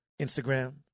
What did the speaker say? Instagram